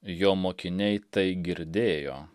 jo mokiniai tai girdėjo